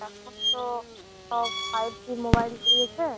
এখন তো সব ফাইভ জি মোবাইল বেরিয়েছে